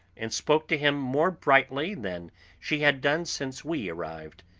and spoke to him more brightly than she had done since we arrived.